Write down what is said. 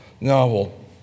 novel